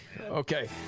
Okay